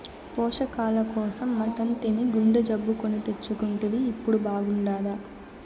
పోషకాల కోసం మటన్ తిని గుండె జబ్బు కొని తెచ్చుకుంటివి ఇప్పుడు బాగుండాదా